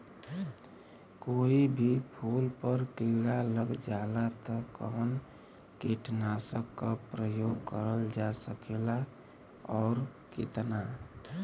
कोई भी फूल पर कीड़ा लग जाला त कवन कीटनाशक क प्रयोग करल जा सकेला और कितना?